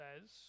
says